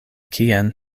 kien